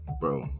Bro